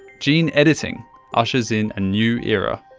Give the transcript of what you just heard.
gene editing ushers in a new era.